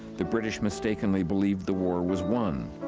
the british mistakenly believed the war was won.